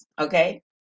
okay